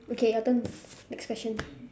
okay your turn next question